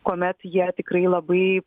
kuomet jie tikrai labai